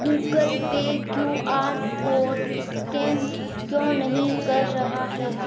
Google Pay Q R code scan क्यों नहीं कर रहा है